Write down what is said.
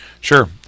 Sure